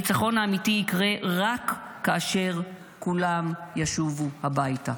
הניצחון האמיתי יקרה רק כאשר כולם ישובו הביתה.